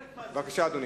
בבקשה, אדוני.